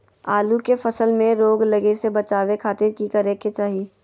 आलू के फसल में रोग लगे से बचावे खातिर की करे के चाही?